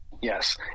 Yes